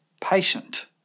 patient